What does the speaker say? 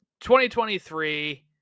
2023